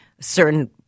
certain